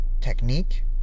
technique